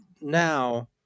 now